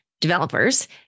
developers